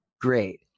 Great